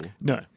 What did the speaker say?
No